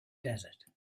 desert